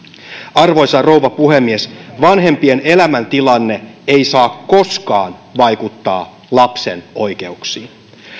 arvoisa rouva puhemies vanhempien elämäntilanne ei saa koskaan vaikuttaa lapsen oikeuksiin